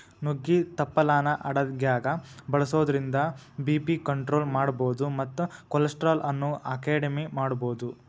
ನುಗ್ಗಿ ತಪ್ಪಲಾನ ಅಡಗ್ಯಾಗ ಬಳಸೋದ್ರಿಂದ ಬಿ.ಪಿ ಕಂಟ್ರೋಲ್ ಮಾಡಬೋದು ಮತ್ತ ಕೊಲೆಸ್ಟ್ರಾಲ್ ಅನ್ನು ಅಕೆಡಿಮೆ ಮಾಡಬೋದು